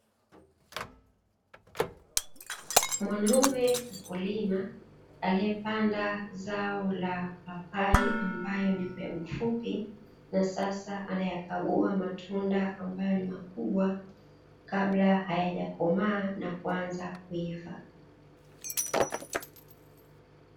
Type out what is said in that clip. Mwanaume mkulima aliyepanda zao la papai ambayo ni mbegu fupi na sasa anayakagua matunda, ambayo ni makubwa kabla hayajakomaa na kuanza kuiva.